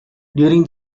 during